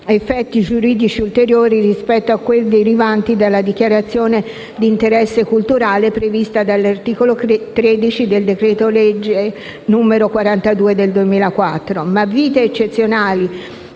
effetti giuridici ulteriori rispetto a quelli derivanti dalla dichiarazione di interesse culturale prevista dall'articolo 13 del decreto legislativo n. 42 del 2004. Eppure, vite eccezionali